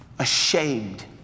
ashamed